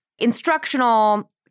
instructional